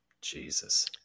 Jesus